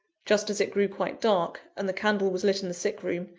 just as it grew quite dark, and the candle was lit in the sick room,